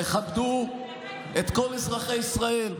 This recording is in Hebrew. תכבדו את כל אזרחי ישראל.